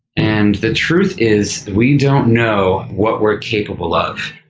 and the truth is, we don't know what we're capable of.